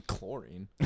Chlorine